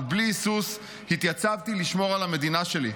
ובלי היסוס התייצבתי לשמור על המדינה שלי.